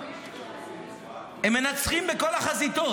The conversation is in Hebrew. הם מנצחים בכל החזיתות,